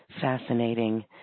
fascinating